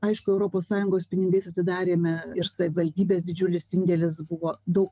aišku europos sąjungos pinigais atidarėme ir savivaldybės didžiulis indėlis buvo daug